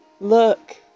look